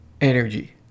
energy